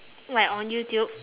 like on youtube